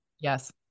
Yes